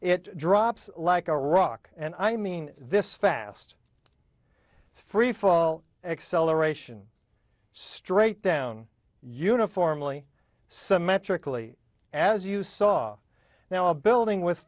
it drops like a rock and i mean this fast freefall acceleration straight down uniformly symmetrically as you saw now a building with